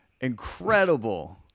Incredible